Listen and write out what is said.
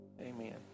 Amen